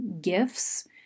gifts